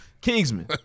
Kingsman